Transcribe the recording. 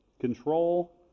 control